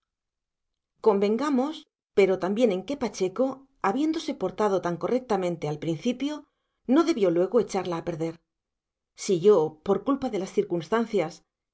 convengamos pero también en que pacheco habiéndose portado tan correctamente al principio no debió luego echarla a perder si yo por culpa de las circunstancias